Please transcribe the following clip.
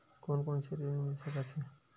कोन कोन से ऋण मिल सकत हे?